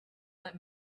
let